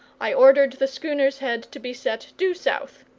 i ordered the schooner's head to be set due south.